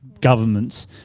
governments